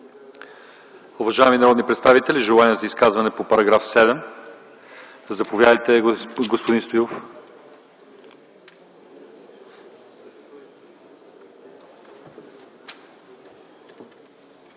Уважаеми народни представители, желания за изказване по § 7? Заповядайте, господин Стоилов.